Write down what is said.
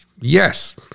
yes